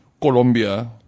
colombia